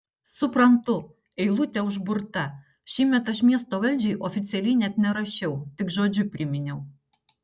suprantu eilutė užburta šįmet aš miesto valdžiai oficialiai net nerašiau tik žodžiu priminiau